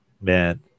man